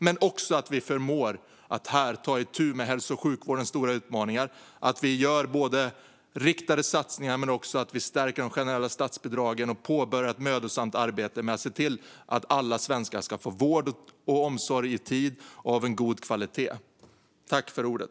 Men vi förmår också ta itu med hälso och sjukvårdens stora utmaningar. Vi gör riktade satsningar, och vi stärker också de generella statsbidragen och påbörjar ett mödosamt arbete med att se till att alla svenskar ska få vård och omsorg i tid och av en god kvalitet.